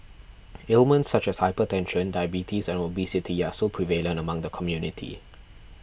ailments such as hypertension diabetes and obesity are still prevalent among the community